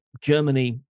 Germany